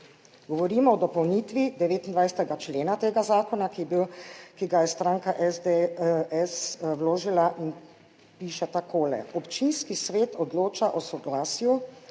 Govorimo o dopolnitvi 29. člena tega zakona, ki je bil, ki ga je stranka SDS vložila, in piše takole: "Občinski svet odloča o soglasju,